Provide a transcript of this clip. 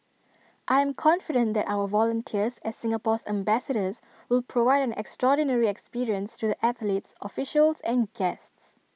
I am confident that our volunteers as Singapore's ambassadors will provide an extraordinary experience to the athletes officials and guests